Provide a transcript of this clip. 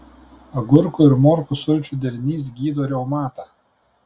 agurkų ir morkų sulčių derinys gydo reumatą